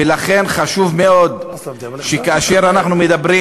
ולכן חשוב מאוד שכאשר אנחנו מדברים